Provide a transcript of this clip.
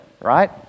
right